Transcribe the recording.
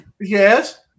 Yes